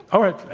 all right.